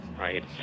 right